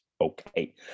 okay